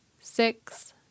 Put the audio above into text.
six